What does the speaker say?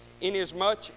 inasmuch